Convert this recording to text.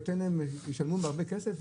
וישלמו הרבה כסף,